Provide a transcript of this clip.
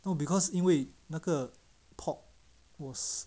no because 因为那个 pork was